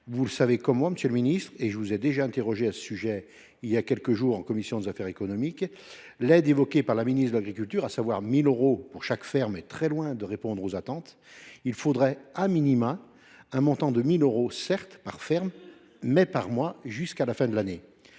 Vous le savez comme moi, monsieur le ministre – je vous ai d’ailleurs déjà interrogé à ce sujet il y a quelques jours en commission des affaires économiques –, l’aide évoquée par la ministre de l’agriculture, à savoir 1 000 euros pour chaque ferme, est très loin de répondre aux attentes. Il faudrait certes un montant de 1 000 euros par ferme, mais une telle somme devrait